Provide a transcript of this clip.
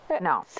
No